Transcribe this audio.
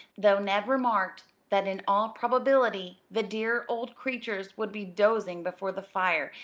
though ned remarked that in all probability the dear old creatures would be dozing before the fire,